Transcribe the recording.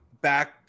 back